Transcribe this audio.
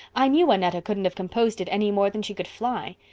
i knew annetta couldn't have composed it any more than she could fly.